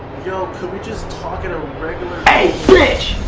just talking ah hey rich,